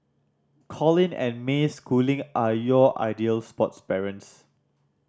Colin and May Schooling are your ideal sports parents